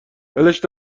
ولش